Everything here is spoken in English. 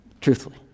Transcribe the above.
truthfully